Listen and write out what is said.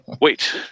Wait